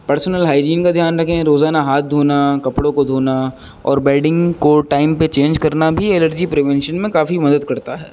personal hygiene کا دھیان رکھیں روزانہ ہاتھ دھونا کپڑوں کو دھونا اور بیڈنگ کو ٹائم پہ چینج کرنا بھی الرجی پرریونینشن میں کافی مدد کرتا ہے